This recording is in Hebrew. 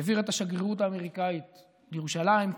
העביר את השגרירות האמריקאית לירושלים,